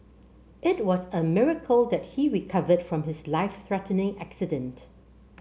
it was a miracle that he recovered from his life threatening accident